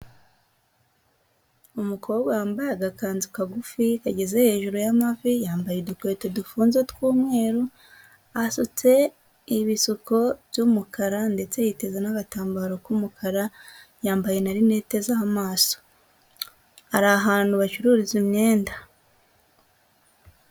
Umukobwa wambaye agakanzu kagufi gageze hejuru y'amavi, yambaye udukweto dufunze tw'umweru, asutse ibisuko by'umukara ndetse yiteze n'agatambaro k'umukara yambaye na linete z'amaso, ari ahantu bacururiza imyenda.